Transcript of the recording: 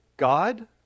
God